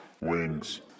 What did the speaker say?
Wings